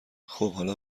خوب، حالا